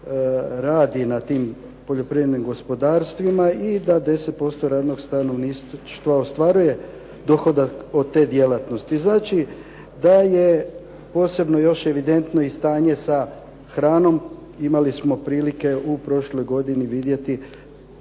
radi na tim poljoprivrednim gospodarstvima i da 10% radnog stanovništva ostvaruje dohodak od te djelatnosti, znači da je posebno još evidentno i stanje sa hranom. Imali smo prilike u prošloj godini vidjeti